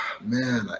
man